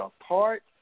apart